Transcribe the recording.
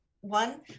one